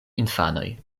infanoj